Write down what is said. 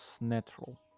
natural